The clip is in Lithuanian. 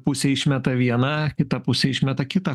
pusė išmeta vieną kita pusė išmeta kitą